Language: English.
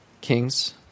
kings